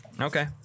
Okay